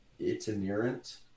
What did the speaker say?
itinerant